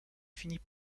finit